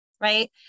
right